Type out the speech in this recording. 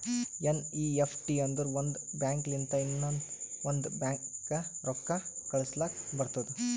NEFT ಅಂದುರ್ ಒಂದ್ bank ಲಿಂತ ಇನ್ನಾ ಒಂದ್ ಬ್ಯಾಂಕ್ಗ ರೊಕ್ಕಾ ಕಳುಸ್ಲಾಕ್ ಬರ್ತುದ್